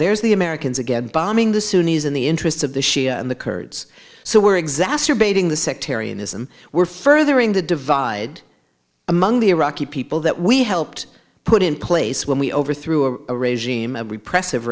there's the americans again bombing the sunni's in the interests of the shia and the kurds so we're exacerbating the sectarianism we're furthering the divide among the iraqi people that we helped put in place when we overthrew a regime a repressive